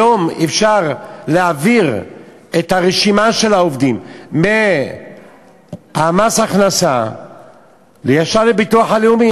היום אפשר להעביר את הרשימה של העובדים ממס הכנסה ישר לביטוח הלאומי.